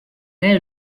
née